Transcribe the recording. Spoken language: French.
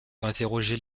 interroger